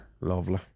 Lovely